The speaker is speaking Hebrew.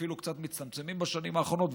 שאפילו קצת מצטמצמים בשנים האחרונות,